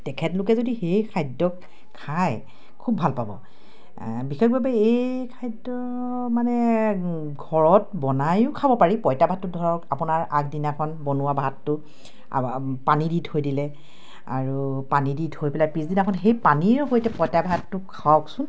তেখেতলোকে যদি সেই খাদ্য খায় খুব ভাল পাব বিশেষভাৱে এই খাদ্য মানে ঘৰত বনাইয়ো খাব পাৰি পঁইতা ভাতটো ধৰক আপোনাৰ আগদিনাখন বনোৱা ভাতটো পানী দি থৈ দিলে আৰু পানী দি থৈ পেলাই পিছদিনাখন সেই পানীৰ সৈতে পঁইতা ভাতটো খাওকচোন